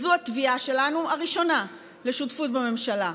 זו התביעה שלנו, הראשונה, לשותפות בממשלה: